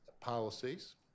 policies